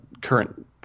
current